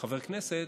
כחבר כנסת,